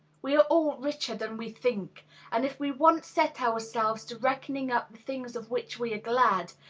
we are all richer than we think and if we once set ourselves to reckoning up the things of which we are glad,